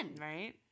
Right